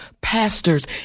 pastors